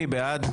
הצבעה בעד,